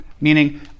Meaning